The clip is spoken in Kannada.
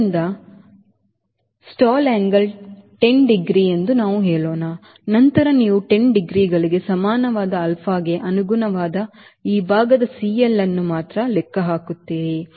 ಆದ್ದರಿಂದ ಅದರ ಸ್ಟಾಲ್ angle 10 ಡಿಗ್ರಿ ಎಂದು ನಾವು ಹೇಳೋಣ ನಂತರ ನೀವು 10 ಡಿಗ್ರಿಗಳಿಗೆ ಸಮಾನವಾದ alphaಗೆ ಅನುಗುಣವಾದ ಈ ಭಾಗದ CLಅನ್ನು ಮಾತ್ರ ಲೆಕ್ಕ ಹಾಕುತ್ತೀರಿ